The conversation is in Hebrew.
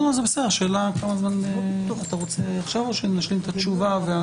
אתה רוצה עכשיו, או שנשלים את התשובה?